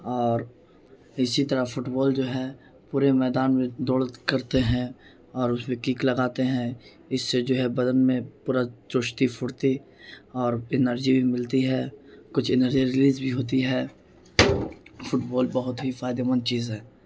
اور اسی طرح فٹ بال جو ہے پورے میدان میں دوڑ کرتے ہیں اور اس میں کک لگاتے ہیں اس سے جو ہے بدن میں پورا چستی پھرتی اور انرجی بھی ملتی ہے کچھ انرجی ریلیز بھی ہوتی ہے فٹ بال بہت ہی فائدہ مند چیز ہے